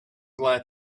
glad